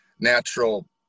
natural